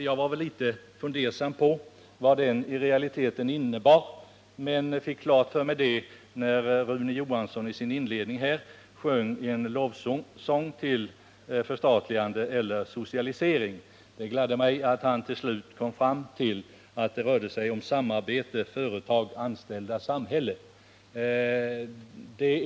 Jag var litet fundersam över vad den i realiteten innebar, men det framgick så småningom av inledningen till Rune Johanssons i Ljungby anförande, där han sjöng en lovsång till förstatligande och socialisering, men han kom så småningom fram till att det rörde sig om samarbete mellan företag, anställda och samhälle, vilket gladde mig.